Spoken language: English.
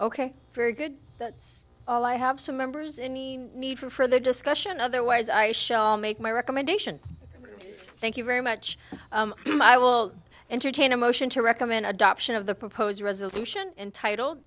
ok very good that's all i have some members any need for further discussion otherwise i shall make my recommendation thank you very much i will entertain a motion to recommend adoption of the proposed resolution entitled